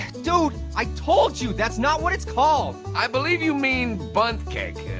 dude, i told you that's not what it's called. i believe you mean bundt cake.